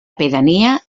pedania